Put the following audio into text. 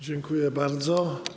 Dziękuję bardzo.